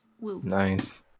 Nice